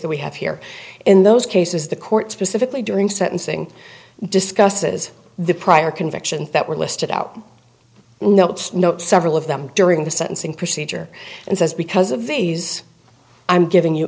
that we have here in those cases the court specifically during sentencing discusses the prior convictions that were listed out several of them during the sentencing procedure and says because of these i'm giving you